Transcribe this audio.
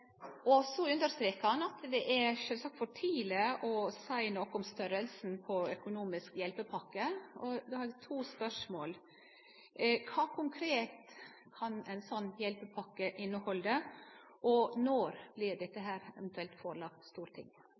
Så understrekar han at det sjølvsagt er for tidleg å seie noko om størrelsen på ei økonomisk hjelpepakke. Då har eg to spørsmål: Kva konkret kan ei slik hjelpepakke innehalde? Og når blir dette eventuelt lagt fram for Stortinget?